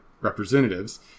representatives